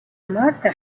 martha